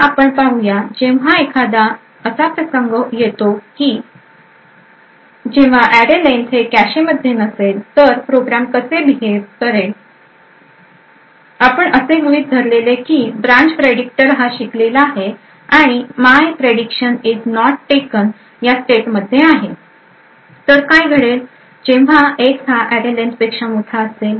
तर आपण पाहूया जेव्हा एखादा असा प्रसंग येतो की जेव्हा arr len हे कॅशेमध्ये नसेल तर प्रोग्राम कसे वर्तन करेल आपण असे सुद्धा गृहीत धरलेले की ब्रांचप्रेडिक्टरहा शिकलेला आहे आणि my prediction is not taken या स्टेट मध्ये आहे तर काय घडेल जेव्हा X हा arr len पेक्षा मोठा असेल